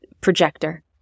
projector